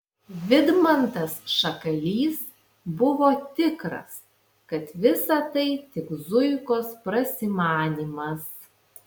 vidmantas šakalys buvo tikras kad visa tai tik zuikos prasimanymas